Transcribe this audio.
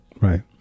right